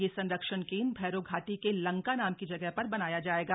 यह संरक्षण केन्द्र भैरों घाटी के लंका नाम की जगह ेर बनाया जायेगा